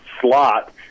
slot